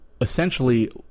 essentially